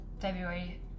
February